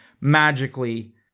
magically